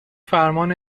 فرمان